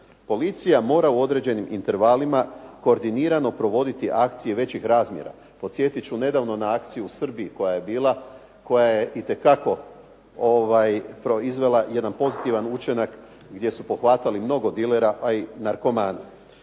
Policija mora u određenim intervalima koordinirano provoditi akcije većih razmjera. Podsjetit ću, nedavno na akciju u Srbiji koja je bila, koja je itekako proizvela jedan pozitivan učinak gdje su pohvatali mnogo dilera, a i narkomana.